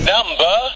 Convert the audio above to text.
Number